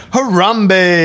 Harambe